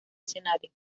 escenarios